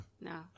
no